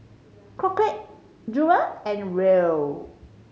Crockett Jewel and Roel